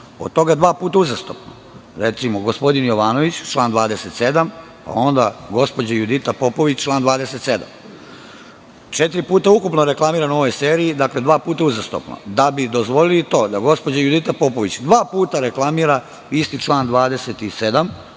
od toga dva puta uzastopno. Recimo, gospodin Jovanović, član 27, onda gospođa Judita Popović, član 27. Četiri puta ukupno reklamiran u ovoj seriji. Dakle, dva puta uzastopno, da bi dozvolili to da gospođa Judita Popović dva puta reklamira isti član 27,